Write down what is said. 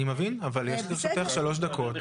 אני מבין אבל לרשותך שלוש דקות.